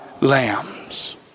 lambs